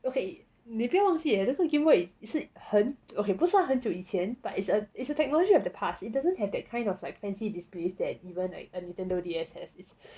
okay 你不要忘记 leh 那个 gameboy 已近很 okay 不算很久以前 but it's a it's a technology of the past it doesn't have that kind of like fancy displays that you know like a Nintendo D_S has its